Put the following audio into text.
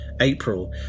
April